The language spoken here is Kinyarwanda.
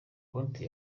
konti